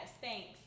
thanks